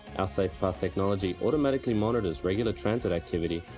as safe path technology automatically monitors regular transit activity,